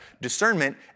Discernment